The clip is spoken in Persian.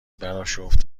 براشفت